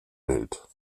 welt